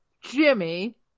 Jimmy